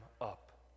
up